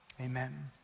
amen